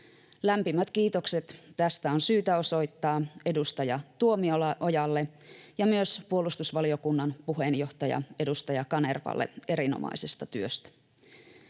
Lämpimät kiitokset tästä on syytä osoittaa edustaja Tuomiojalle ja myös puolustusvaliokunnan puheenjohtajalle, edustaja Kanervalle, erinomaisesta työstä.